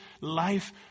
life